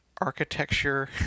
architecture